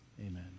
Amen